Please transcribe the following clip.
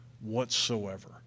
whatsoever